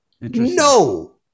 No